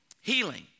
healing